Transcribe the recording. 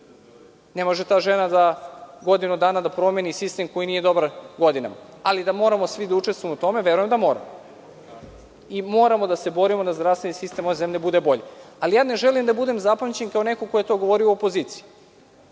ne može ta žena za godinu dana da promeni sistem koji nije dobar godinama. Ali, da moramo svi da učestvujemo u tome verujem da moramo. Moramo da se borimo da zdravstveni sistem ove zemlje bude bolji. Ne želim da budem zapamćen kao neko ko je to govorio u opoziciji,